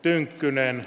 yhtyneen